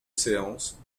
séance